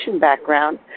background